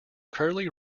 curly